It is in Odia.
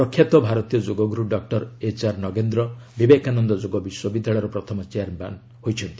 ପ୍ରଖ୍ୟାତ ଭାରତୀୟ ଯୋଗଗୁରୁ ଡକ୍ଟର ଏଚ୍ଆର୍ ନଗେନ୍ଦ୍ର ବିବେକାନନ୍ଦ ଯୋଗ ବିଶ୍ୱବିଦ୍ୟାଳୟର ପ୍ରଥମ ଚେୟାରମ୍ୟାନ୍ ହୋଇଛନ୍ତି